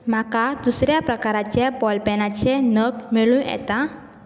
म्हाका दुसऱ्या प्रकाराच्या बॉल पेनाचे नग मेळूं येता